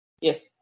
Yes